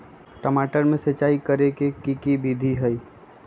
टमाटर में सिचाई करे के की विधि हई?